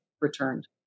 returned